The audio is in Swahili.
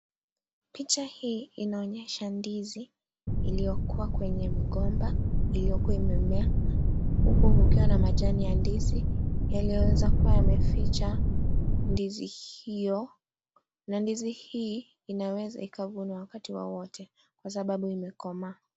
Picha hii inaonyesha ndizi iliyokuwa kwenye mgomba iliyokuwa imemea huku kukiwa na majani ya ndizi yanaweza kuwa yameficha ndizi hiyo na ndizi hii inaweza ikavunwa wakati wowote kwa sababu imekomaa.